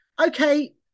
Okay